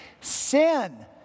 Sin